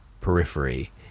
periphery